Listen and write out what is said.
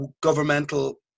governmental